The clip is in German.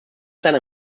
seiner